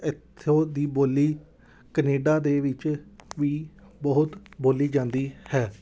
ਇੱਥੋਂ ਦੀ ਬੋਲੀ ਕਨੇਡਾ ਦੇ ਵਿੱਚ ਵੀ ਬਹੁਤ ਬੋਲੀ ਜਾਂਦੀ ਹੈ